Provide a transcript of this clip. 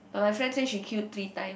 but my friend said she queued three time